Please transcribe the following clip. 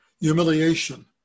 humiliation